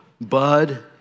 bud